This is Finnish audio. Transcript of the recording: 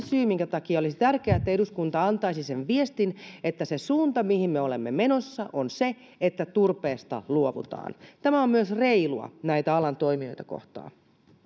syy minkä takia olisi tärkeää että eduskunta antaisi sen viestin että suunta mihin me olemme menossa on se että turpeesta luovutaan tämä on myös reilua näitä alan toimijoita kohtaan